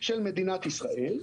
של מדינת ישראל.